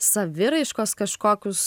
saviraiškos kažkokius